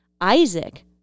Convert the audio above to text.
Isaac